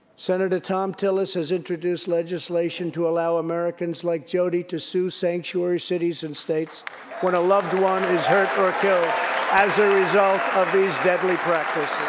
senator thom tillis has introduced legislation to allow americans like jody to sue sanctuary cities and states when a loved one is hurt or killed as a result of these deadly practices.